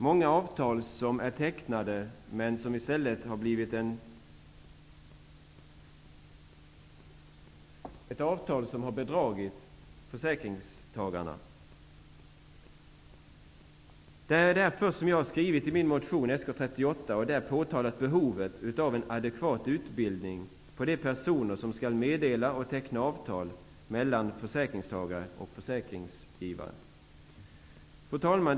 Många avtal som har tecknats har blivit avtal som har bedragit försäkringstagarna. Det är därför som jag har skrivit min motion, Sk38, och där påtalat behovet av en adekvat utbildning av de personer som skall meddela och teckna avtal mellan försäkringstagare och försäkringsgivare. Fru talman!